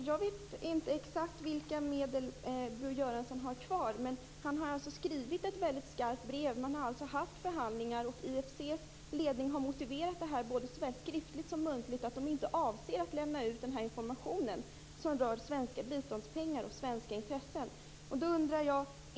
Fru talman! Jag vet inte exakt vilka medel Bo Göransson har kvar. Han har alltså skrivit ett skarpt formulerat brev. Man har således haft förhandlingar. IFC:s ledning har både skriftligt och muntligt gett en motivering. Man avser inte att lämna ut information som rör svenska biståndspengar och svenska intressen.